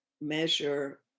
measure